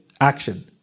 action